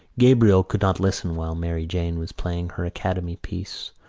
gabriel could not listen while mary jane was playing her academy piece,